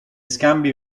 scambi